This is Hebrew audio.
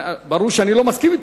ברור שאני לא מסכים אתו,